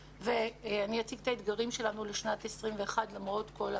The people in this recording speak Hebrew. ואני אציג את האתגרים שלנו לשנת 2021 למרות כל הקשיים.